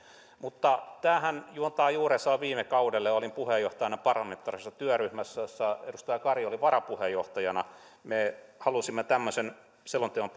mutta tämähän juontaa juurensa jo viime kaudelle olin puheenjohtajana parlamentaarisessa työryhmässä jossa edustaja kari oli varapuheenjohtajana me halusimme tämmöisen selonteon